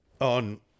On